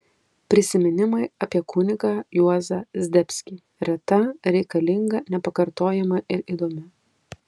prisiminimai apie kunigą juozą zdebskį reta reikalinga nepakartojama ir įdomi